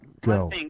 Go